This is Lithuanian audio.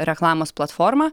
reklamos platformą